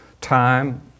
Time